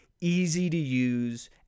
easy-to-use